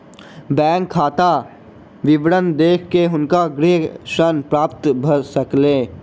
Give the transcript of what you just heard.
bank खाता विवरण देख के हुनका गृह ऋण प्राप्त भ सकलैन